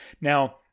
Now